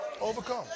Overcome